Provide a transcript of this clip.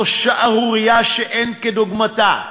זו שערורייה שאין כדוגמתה.